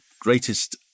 greatest